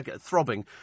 throbbing